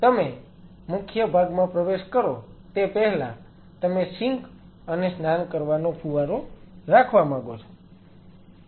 તમે મુખ્ય ભાગમાં પ્રવેશ કરો તે પહેલાં તમે સિંક અને સ્નાન કરવાનો ફુવારો રાખવા માગો છો